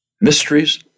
Mysteries